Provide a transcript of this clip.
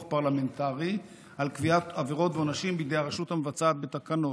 פרלמנטרי על קביעת עבירות ועונשים בידי הרשות המבצעת בתקנות.